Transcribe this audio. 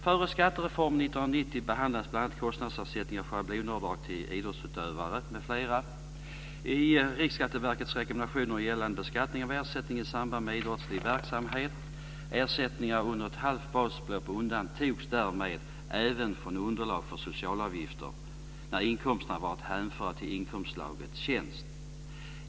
Före skattereformen 1990 behandlades bl.a. kostnadsersättningar och schablonavdrag till idrottsutövare m.fl. i Riksskatteverkets rekommendationer gällande beskattning av ersättning i samband med idrottslig verksamhet. Ersättningar under ett halvt basbelopp undantogs därmed även från underlaget för socialavgifter, när inkomsterna var att hänföra till inkomstslaget tjänst.